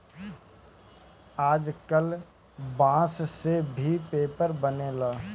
आजकल बांस से भी पेपर बनेला